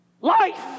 Life